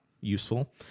Useful